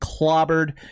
clobbered